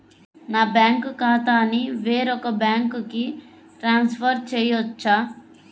నా బ్యాంక్ ఖాతాని వేరొక బ్యాంక్కి ట్రాన్స్ఫర్ చేయొచ్చా?